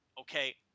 Okay